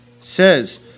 says